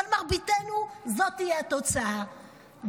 אבל למרביתנו זאת תהיה התוצאה,